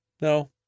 no